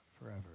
forever